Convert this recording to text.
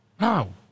No